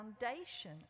foundation